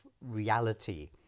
reality